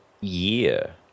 year